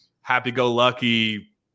happy-go-lucky